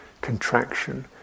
contraction